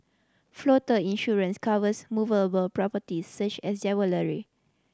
floater insurance covers movable properties such as